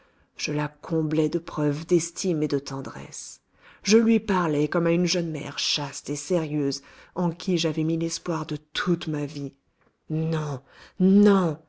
je la comblais de preuves d'estime et de tendresse je lui parlais comme à une jeune mère chaste et sérieuse en qui j'avais mis l'espoir de toute ma vie non non